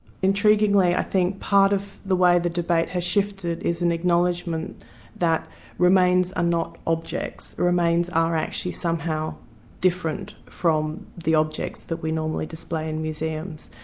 intriguingly i think part of the way the debate has shifted is an acknowledgement that remains are not objects, remains are actually somehow different from the objects that we normally display in museums,